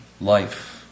life